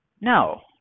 no